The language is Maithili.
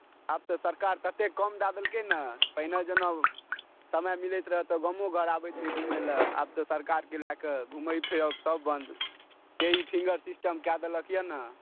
आब तऽ सरकार ततेक काम दए देलकै ने पहिने जेना समय मिलैत रहै तऽ गामो घर आबैत रही घुमैलए आब तऽ सरकारकेँ लए कऽ घूमब फिरब सभ बन्द जे ई फिङ्गर सिस्टम कए देलक यए ने